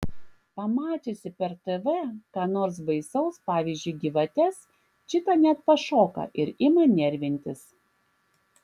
pamačiusi per tv ką nors baisaus pavyzdžiui gyvates čita net pašoka ir ima nervintis